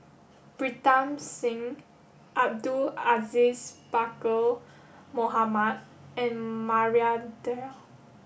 Pritam Singh Abdul Aziz Pakkeer Mohamed and Maria Dyer